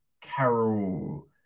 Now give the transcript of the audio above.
Carol